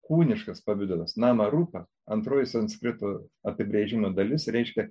kūniškas pavidalas nana rūpa antroji sanskrito apibrėžimo dalis reiškia